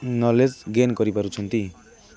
knowledge gain କରିପାରୁଛନ୍ତି